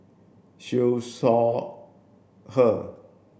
Siew Shaw Her